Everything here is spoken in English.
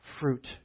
fruit